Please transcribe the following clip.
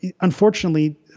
unfortunately